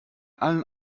allen